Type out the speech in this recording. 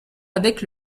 avec